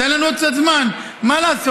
תן לנו עוד קצת זמן, מה לעשות?